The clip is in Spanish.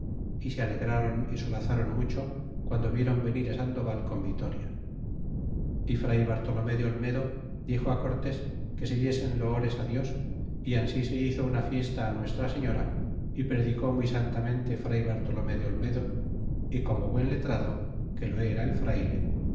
y se alegrron y solazron mucho guando viéron venir sandoval con vitoria y fray bartolome de olmedo dixo cortes que se diesen loores dios y ansise hizo una fiesta nuestra señora y predicó muy santamente fray bartolome de olmedo y como buen letrado que lo era el frayle